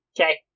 Okay